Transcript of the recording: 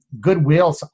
goodwill